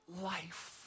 life